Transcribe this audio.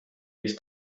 ließ